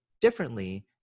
differently